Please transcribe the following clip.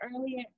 earlier